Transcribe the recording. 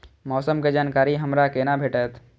मौसम के जानकारी हमरा केना भेटैत?